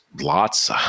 lots